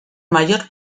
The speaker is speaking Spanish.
mayor